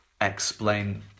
explain